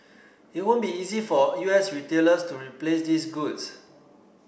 it won't be easy for U S retailers to replace these goods